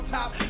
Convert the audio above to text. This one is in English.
top